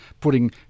putting